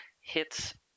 hits